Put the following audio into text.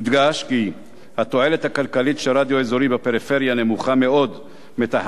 יודגש כי התועלת הכלכלית של רדיו אזורי בפריפריה נמוכה מאוד מזו